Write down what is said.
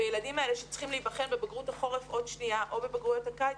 והילדים האלה שצריכים להיבחן בבגרות החורף או בבגרויות הקיץ,